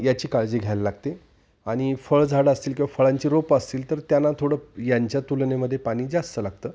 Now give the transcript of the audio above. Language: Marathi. याची काळजी घ्यायला लागते आणि फळझाडं असतील किंवा फळांचे रोपं असतील तर त्यांना थोडं यांच्या तुलनेमध्ये पाणी जास्त लागतं